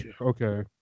Okay